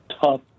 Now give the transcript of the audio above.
tough